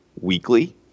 weekly